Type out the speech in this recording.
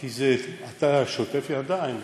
כי אתה שוטף ידיים,